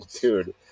dude